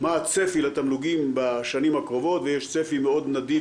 מה הצפי לתמלוגים בשנים הקרובות - ויש צפי מאוד נדיב,